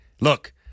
Look